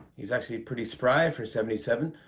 he's actually pretty spry for seventy seven.